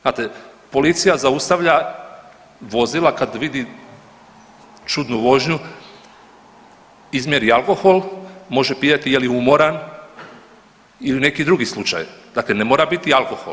Znate policija zaustavlja vozila kad vidi čudnu vožnju, izmjeri alkohol, može pitati je li umoran ili neki drugi slučaj, dakle ne mora biti alkohol.